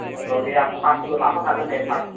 औ दे आं फासिबो लाफाखागोन दे फासि